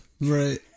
Right